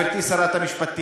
גברתי שרת המשפטים.